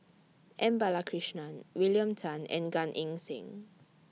M Balakrishnan William Tan and Gan Eng Seng